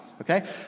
Okay